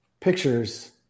pictures